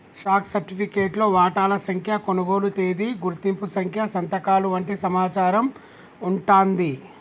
stock సర్టిఫికేట్లో వాటాల సంఖ్య, కొనుగోలు తేదీ, గుర్తింపు సంఖ్య సంతకాలు వంటి సమాచారం వుంటాంది